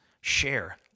share